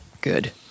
good